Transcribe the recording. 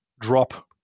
drop